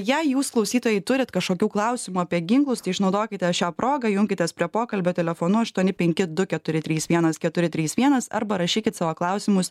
jei jūs klausytojai turit kažkokių klausimų apie ginklus tai išnaudokite šią progą junkitės prie pokalbio telefonu aštuoni penki du keturi trys vienas keturi trys vienas arba rašykit savo klausimus